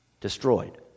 destroyed